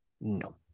no